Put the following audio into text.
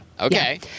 Okay